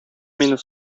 мине